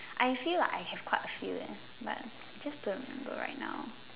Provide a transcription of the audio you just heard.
I feel like I have quite a few eh but just don't remember right now